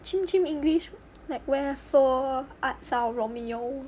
chim chim english like wherefore art thou romeo